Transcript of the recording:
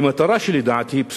למטרה שלדעתי היא פסולה.